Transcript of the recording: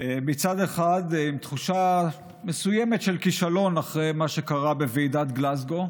מצד אחד עם תחושה מסוימת של כישלון אחרי מה שקרה בוועידת גלזגו,